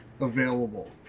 available